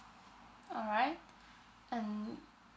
alright and